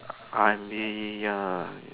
I mean ya